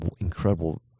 incredible